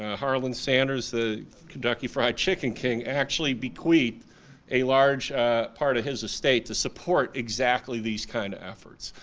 ah harland sanders the kentucky fried chicken king actually bequeathed a large part of his estate to support exactly these kind of efforts.